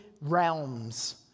realms